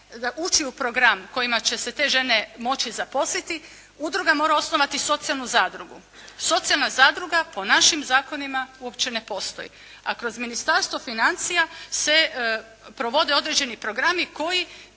ući u program kojima će se te žene moći zaposliti, udruga mora osnovati socijalnu zadrugu. Socijalna zadruga po našim zakonima uopće ne postoji, a kroz Ministarstvo financija se provode određeni programi u